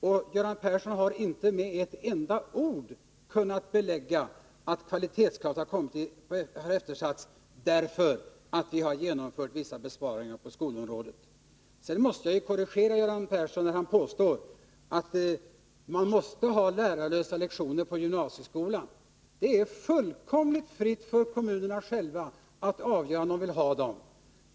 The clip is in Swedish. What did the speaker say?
Och Göran Persson har inte med ett enda ord kunnat belägga att kvalitetskravet har eftersatts därför att vi har genomfört vissa besparingar på skolområdet. Sedan måste jag korrigera Göran Persson när han påstår att man måste ha lärarlösa lektioner på gymnasieskolan. Det är fullkomligt fritt för kommunerna själva att avgöra om de vill ha sådana.